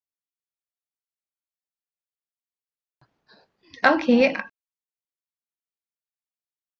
okay I